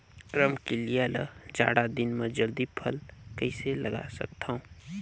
रमकलिया ल जाड़ा दिन म जल्दी फल कइसे लगा सकथव?